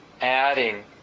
adding